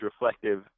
reflective